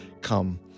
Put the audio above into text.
come